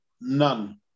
none